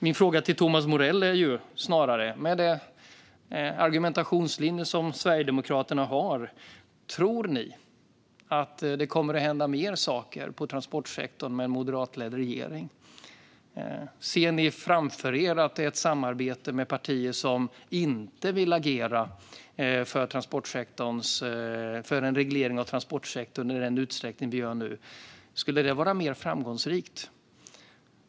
Min fråga till Thomas Morell är snarare: Med den argumentationslinje som Sverigedemokraterna har, tror ni att det kommer att hända mer saker i transportsektorn med en moderatledd regering? Ser ni framför er att ett samarbete med partier som inte vill agera för en reglering av transportsektorn i den utsträckning som nu sker skulle vara mer framgångsrikt?